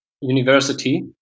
university